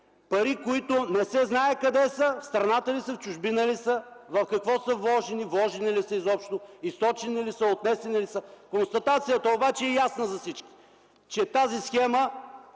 пари, които не се знае къде са: в страната ли са, в чужбина ли са, в какво са вложени, вложени ли са изобщо, източени ли са, отнесени ли са. Констатацията обаче е ясна за всички – че тази схема